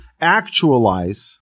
actualize